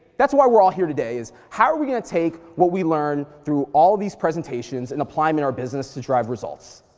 that's why we're all here today is how are we gonna take what we learn through all these presentations and apply them in our business to drive results?